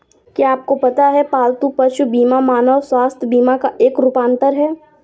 क्या आपको पता है पालतू पशु बीमा मानव स्वास्थ्य बीमा का एक रूपांतर है?